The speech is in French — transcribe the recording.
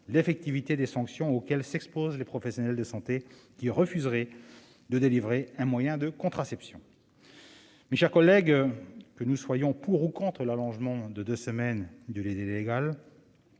l'effectivité des sanctions auxquelles s'exposent les professionnels de santé qui refuseraient de délivrer un moyen de contraception d'urgence. Mes chers collègues, que nous soyons pour ou contre l'allongement de deux semaines du délai légal,